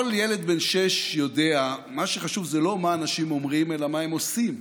כל ילד בן שש יודע שמה שחשוב זה לא מה אנשים אומרים אלא מה הם עושים.